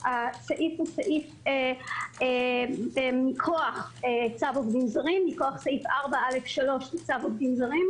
סעיף מכוח סעיף 4(א)(3) בצו עובדים זרים,